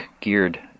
geared